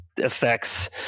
effects